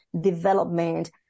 development